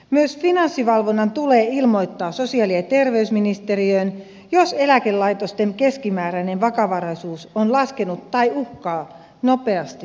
myös finanssivalvonnan tulee ilmoittaa sosiaali ja terveysministeriöön jos eläkelaitosten keskimääräinen vakavaraisuus on laskenut tai uhkaa nopeasti laskea